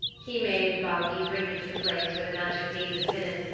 he made baugi bring him to the place where the magic mead was hidden.